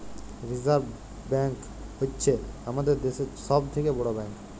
reserve bank হ্য়চ্ছ হামাদের দ্যাশের সব থেক্যে বড় ব্যাঙ্ক